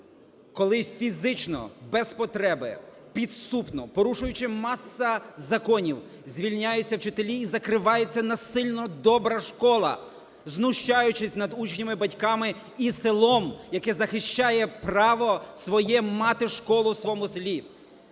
Коли фізично, без потреби, підступно, порушуючи масу законів, звільняються вчителі і закривається насильно добра школа, знущаючись над учнями, батьками і селом, яке захищає право своє мати школу в своєму селі,